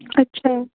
अच्छा